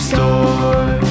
Store